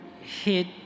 hit